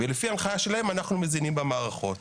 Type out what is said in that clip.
לפי ההנחיה שלהם אנחנו מזינים במערכות.